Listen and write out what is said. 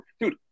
Dude